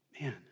Man